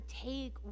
take